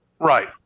Right